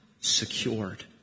secured